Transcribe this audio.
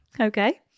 Okay